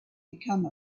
become